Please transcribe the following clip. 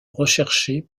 recherchés